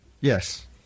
yes